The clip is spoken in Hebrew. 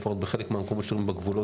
לפחות בחלק מהמקומות בגבולות,